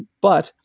but,